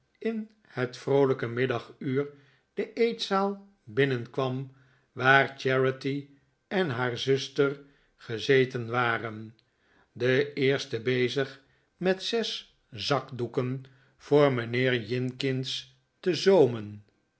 in het vroolijke middaguur de eetzaal binnenkwam waar charity en haar zuster gezeten waren de eerste bezig met zes zakbezoek voor charity doeken voor mijnheer jinkins te zoomen